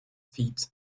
feet